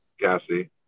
Cassie